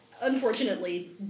unfortunately